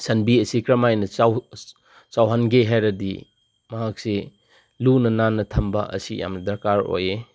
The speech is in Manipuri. ꯁꯟꯕꯤ ꯑꯁꯤ ꯀꯔꯝꯃꯥꯏꯅ ꯆꯥꯎꯍꯟꯒꯦ ꯍꯥꯏꯔꯗꯤ ꯃꯍꯥꯛꯁꯤ ꯂꯨꯅ ꯅꯥꯟꯅ ꯊꯝꯕ ꯑꯁꯤ ꯌꯥꯝꯅ ꯗꯔꯀꯥꯔ ꯑꯣꯏꯌꯦ